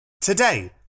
Today